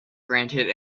granted